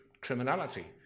criminality